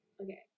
Okay